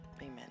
amen